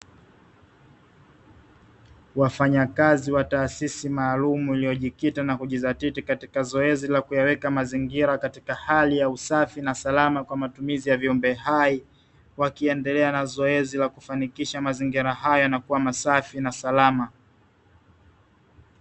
Wafanyakazi wa taasisi maalumu iliyojikita na kujizatiti katika zoezi la kuweka mazingira katika hali ya usafi na salama kwa matumizi ya viumbe hai. Wakiendelea na zoezi la kufanikisha mazingira haya yanakuwa masafi na salama.